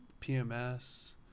PMS